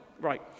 Right